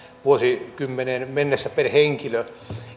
vuosikymmeneen mennessä per henkilö